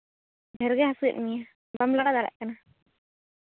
ᱰᱷᱮᱨ ᱜᱮ ᱦᱟᱹᱥᱩᱭᱮᱜ ᱢᱮᱭᱟ ᱵᱟᱢ ᱞᱟᱲᱟᱣ ᱫᱟᱲᱮᱭᱟᱜ ᱠᱟᱱᱟ